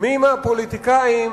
מי מהפוליטיקאים